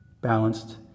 balanced